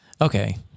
Okay